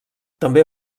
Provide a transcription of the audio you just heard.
també